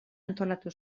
antolatu